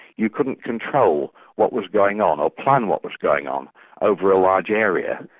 you couldn't control what was going on, or plan what was going on over a large area.